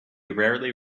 rarely